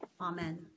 Amen